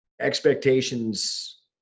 expectations